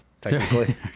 technically